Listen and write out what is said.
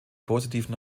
positiven